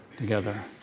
together